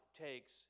takes